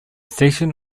station